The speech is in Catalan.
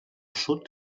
sud